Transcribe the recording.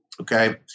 Okay